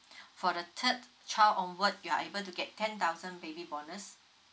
for the third child onward you are able to get ten thousand baby bonus